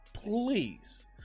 please